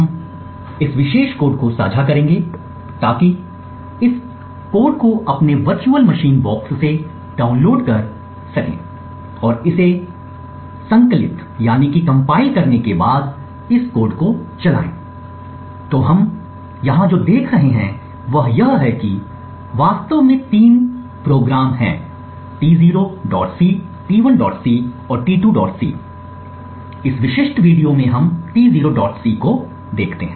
हम इस विशेष कोड को साझा करेंगे ताकि आप इस कोड को अपने वर्चुअल मशीन बॉक्स से डाउनलोड कर सकें और इसे संकलित करने के बाद इस कोड को चलाएं तो हम यहां जो देख रहे हैं वह यह है कि वास्तव में 3 कार्यक्रम हैं T0c T1c और T2c इस विशिष्ट वीडियो में हम T0c को देख रहे हैं